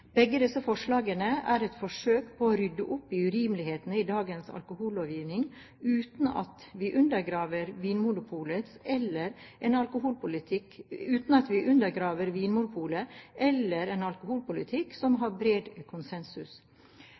Begge disse forslagene er et forsøk på å rydde opp i urimelighetene i dagens alkohollovgivning, uten at vi undergraver Vinmonopolet eller en alkoholpolitikk